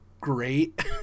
great